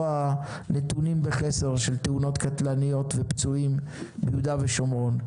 הנתונים בחסר של תאונות קטלניות ופצועים ביהודה ושומרון.